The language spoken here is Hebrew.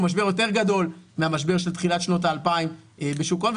הוא משבר יותר גדול מהמשבר של תחילת שנות ה-2000 בשוק ההון,